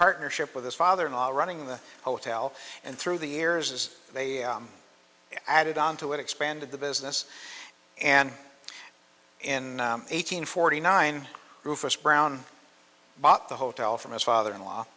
partnership with his father in law running the hotel and through the years they added on to it expanded the business and in eight hundred forty nine rufus brown bought the hotel from his father in law